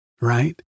right